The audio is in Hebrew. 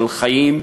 של חיים,